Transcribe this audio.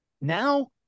Now